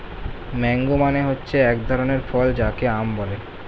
mango মানে হচ্ছে এক ধরনের ফল যাকে আম বলে